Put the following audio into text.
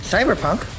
Cyberpunk